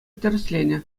тӗрӗсленӗ